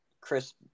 Chris